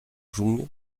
jung